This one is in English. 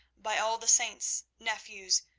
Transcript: by all the saints, nephews,